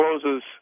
closes